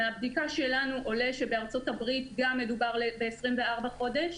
מהבדיקה שלנו עולה שבארצות הברית מדובר גם ב-24 חודש,